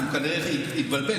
כי הוא כנראה התבלבל,